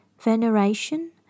veneration